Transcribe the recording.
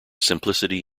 simplicity